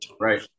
Right